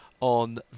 on